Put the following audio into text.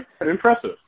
Impressive